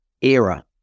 era